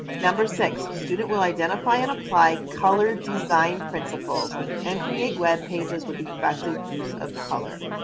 number six student will identify and apply color design principles and create web pages with effective use of color.